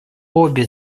обе